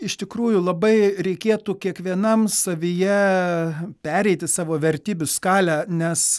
iš tikrųjų labai reikėtų kiekvienam savyje pereiti savo vertybių skalę nes